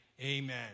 amen